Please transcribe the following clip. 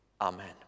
Amen